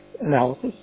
analysis